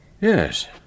Yes